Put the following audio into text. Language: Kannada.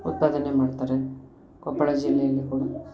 ಉತ್ಪಾದನೆ ಮಾಡ್ತಾರೆ ಕೊಪ್ಪಳ ಜಿಲ್ಲೆಯಲ್ಲಿ ಕೂಡ